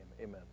Amen